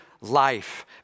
life